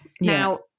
Now